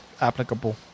applicable